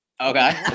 Okay